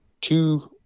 two